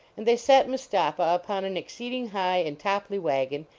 and they set mustapha upon an exceeding high and toppley wagon,